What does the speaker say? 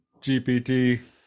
GPT